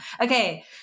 Okay